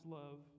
love